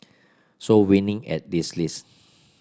so winning at this list